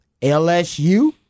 LSU